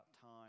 time